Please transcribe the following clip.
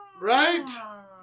Right